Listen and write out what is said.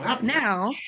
now